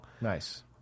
nice